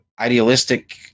idealistic